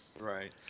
Right